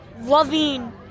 loving